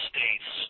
States –